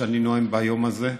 שאני נואם ביום הזה,